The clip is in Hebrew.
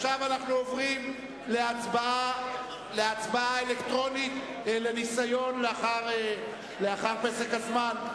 עכשיו אנחנו עוברים להצבעה אלקטרונית לניסיון לאחר פסק הזמן.